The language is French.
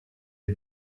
est